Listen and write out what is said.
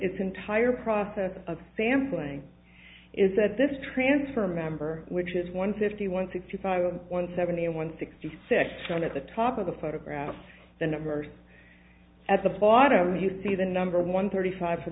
entire process of sampling is that this transfer member which is one fifty one sixty five one seventy one sixty six one at the top of the photograph the number at the bottom you see the number one thirty five for